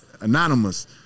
anonymous